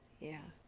yeah.